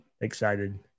Excited